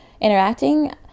interacting